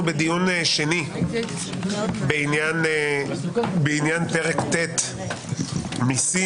אנחנו בדיון שני בעניין פרק ט' (מסים),